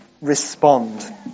respond